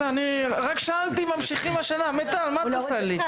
רק שאלתי אם ממשיכים השנה, מיטל, מה את עושה לי?